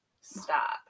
stop